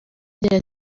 agira